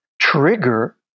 trigger